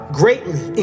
greatly